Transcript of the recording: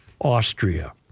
Austria